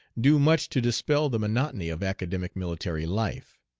do much to dispel the monotony of academic military life.